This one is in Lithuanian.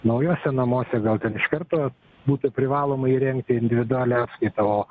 naujuose namuose gal ten iš karto būtų privaloma įrengti individualią apskaitą o